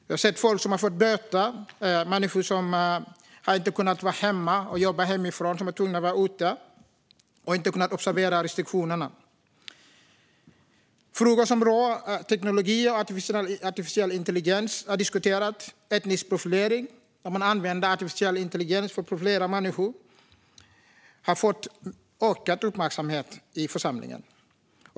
Vi har sett människor som har fått böta, människor som inte har kunnat vara hemma och jobba och som har varit tvungna att vara ute och som inte har kunnat observera restriktionerna. Frågor som rör teknologier och artificiell intelligens har diskuterats. Etnisk profilering, om man använder artificiell intelligens för att profilera människor, har fått ökad uppmärksamhet i församlingen.